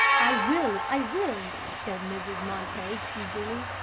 i will, i will, said mrs. montague, eagerly.